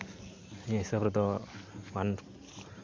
ᱱᱤᱭᱟᱹ ᱦᱤᱥᱟᱹᱵ ᱨᱮᱫᱚ